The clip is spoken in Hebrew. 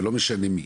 ולא משנה מי,